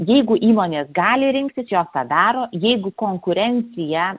jeigu įmonės gali rinktis jos padaro jeigu konkurencija